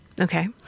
Okay